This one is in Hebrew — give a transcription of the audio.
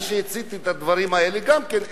מי שהצית את הדברים האלה גם כן,